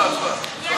הצבעה, הצבעה, הצבעה.